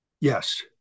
Yes